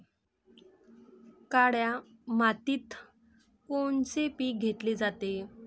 काळ्या मातीत कोनचे पिकं घेतले जाते?